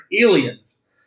aliens